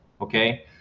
okay